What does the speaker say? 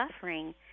suffering